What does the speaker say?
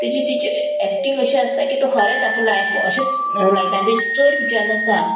तेजी तिजी एक्टींग अशें आसता की तो खरेंच आपूण लायफ अशेंच लायता आनी तेजे चड पिचार नासता